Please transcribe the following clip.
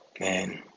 Man